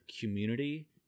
community